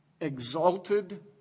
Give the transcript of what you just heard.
exalted